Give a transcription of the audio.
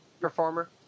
performer